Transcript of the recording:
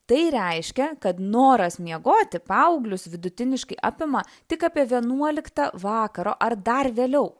tai reiškia kad noras miegoti paauglius vidutiniškai apima tik apie vienuoliktą vakaro ar dar vėliau